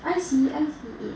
I see I see it